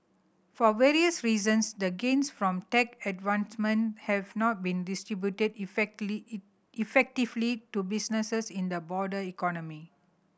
for various reasons the gains from tech advancement have not been distributed effectively to businesses in the broader economy